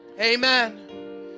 Amen